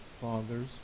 Father's